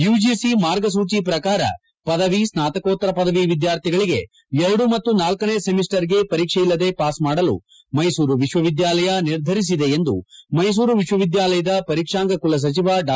UGC ಮಾರ್ಗಸೂಜಿ ಪ್ರಕಾರ ಪದವಿ ಸ್ನಾತಕೋತ್ತರ ಪದವಿ ವಿದ್ವಾರ್ಥಿಗಳಿಗೆ ಎರಡು ಮತ್ತು ನಾಲ್ಲನೇ ಸೆಮಿಸ್ಸರ್ ಗೆ ಪರೀಕ್ಷೆ ಇಲ್ಲದೆ ಪಾಸ್ ಮಾಡಲು ಮೈಸೂರು ವಿವಿ ನಿರ್ಧರಿಸಿದೆ ಎಂದು ಮೈಸೂರು ವಿಶ್ವವಿದ್ಯಾನಿಲಯದ ಪರೀಕ್ಷಾಂಗ ಕುಲಸಚಿವ ಡಾ